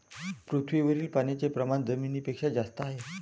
पृथ्वीवरील पाण्याचे प्रमाण जमिनीपेक्षा जास्त आहे